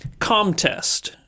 Comtest